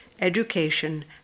education